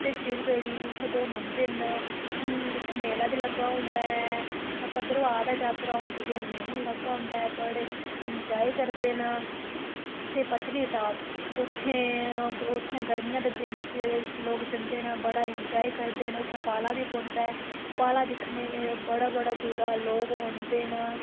ते शिवगली उत्थै दो मन्दर न उत्थै मेला बी लग्गे दा होंदा ऐ भद्रवाह दा जात्तरा औंदी ऐ मेला लग्गा दा होंदा ऐ बड़े इंजाय करदे न ते पत्नीटाप उत्थें उत्थें गर्मियै दे दिनें च लोग जंदे न बड़ा इंजाय करदे न उत्थै पाला बी पौंदा ऐ पाला दिक्खने बड़े बड़े दूरा लोग औंदे न